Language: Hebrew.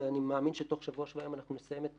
ואני מאמין שתוך שבוע-שבועיים אנחנו נסיים את